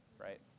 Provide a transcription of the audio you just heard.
right